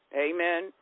Amen